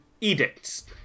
edicts